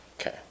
Okay